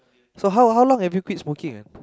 so how how long have you quit smoking ah